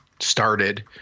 started